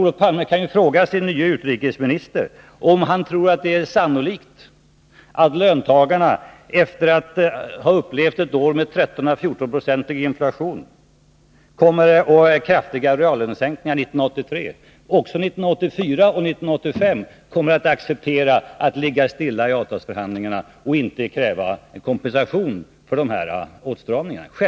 Olof Palme kan ju fråga sin utrikesminister, om denne tror att det är sannolikt att löntagarna, efter att ha upplevt ett år med 13—14-procentig inflation och kraftiga reallönesänkningar 1983, också 1984 och 1985 kommer att acceptera att ligga stilla i avtalsförhandlingarna och inte kräva kompensation för åtstramningarna.